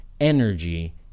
energy